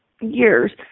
years